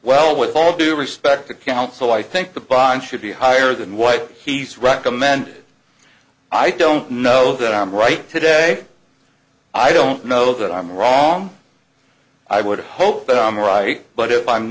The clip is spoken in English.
well with all due respect to counsel i think the bond should be higher than what he's recommended i don't know that i'm right today i don't know that i'm wrong i would hope that i'm right but if i'm